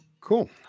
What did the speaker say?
cool